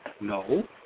No